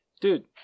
Dude